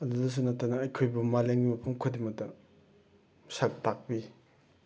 ꯑꯗꯨꯗꯇꯁꯨ ꯅꯠꯇꯅ ꯑꯩꯈꯣꯏꯕꯨ ꯃꯥꯂꯦꯝꯒꯤ ꯃꯐꯝ ꯈꯨꯗꯤꯃꯛꯇ ꯁꯛ ꯇꯥꯛꯄꯤ